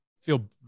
feel